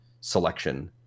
selection